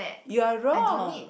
you're wrong